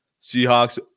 Seahawks